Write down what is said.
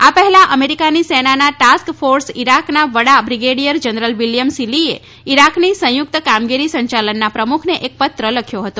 આ પહેલા અમેરીકાની સેનાના ટાસ્ફ ફોર્સ ઇરાકના વડા બ્રિગેડિયર જનરલ વિલિયમ સિલીએ ઇરાકની સંયુક્ત કામગીરી સંચાલનના પ્રમુખને એક પત્ર લખ્યો હતો